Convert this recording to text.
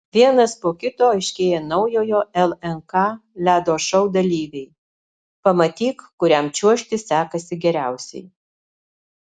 vienas po kito aiškėja naujojo lnk ledo šou dalyviai pamatyk kuriam čiuožti sekasi geriausiai